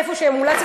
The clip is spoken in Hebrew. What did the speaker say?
איפה שמומלץ,